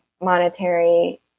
monetary